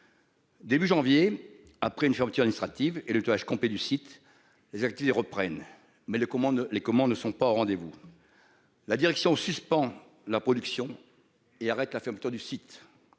Début janvier, après une fermeture d'initiative et le tournage compét du site, les activités reprennent mais le commande les comment ne sont pas au rendez-vous. La direction suspend la production et arrête la fermeture du site.